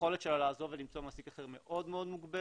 היכולת שלה לעזוב ולמצוא מעסיק אחר מאוד מוגבלת,